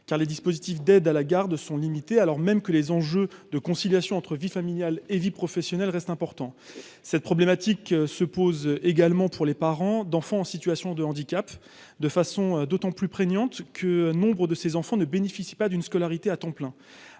car les dispositifs d'aide à la garde sont limitées, alors même que les enjeux de conciliation entre vie familiale et vie professionnelle reste important cette problématique se pose également pour les parents d'enfants en situation de handicap de façon d'autant plus prégnante que nombre de ses enfants ne bénéficient pas d'une scolarité à temps plein,